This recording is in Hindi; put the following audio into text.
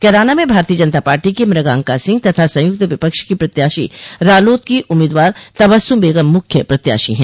कैराना में भारतीय जनता पार्टी की मृगांका सिंह तथा संयुक्त विपक्ष की प्रत्याशी रालोद की उम्मीदवार तबस्सुम बेगम मुख्य प्रत्याशी है